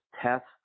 test